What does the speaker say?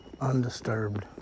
undisturbed